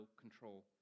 control